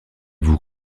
vous